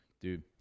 dude